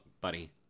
buddy